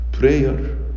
Prayer